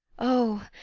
o,